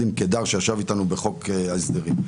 עו"ד קידר שישב איתנו בחוק ההסדרים.